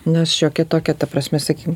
nes šiokia tokia ta prasme sakykim